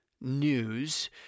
news